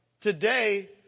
today